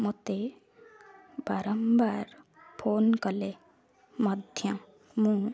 ମୋତେ ବାରମ୍ବାର ଫୋନ୍ କଲେ ମଧ୍ୟ ମୁଁ